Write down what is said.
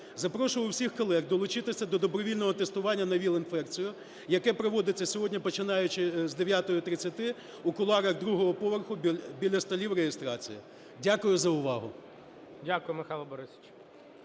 Запрошую усіх колег долучитися до добровільного тестування на ВІЛ-інфекцію, яке проводиться сьогодні, починаючи з 9.30 у кулуарах другого поверху біля столів реєстрації. Дякую за увагу. ГОЛОВУЮЧИЙ. Дякую, Михайло Борисовичу.